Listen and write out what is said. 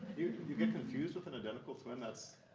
you you get confused with an identical twin? that's